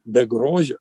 be grožio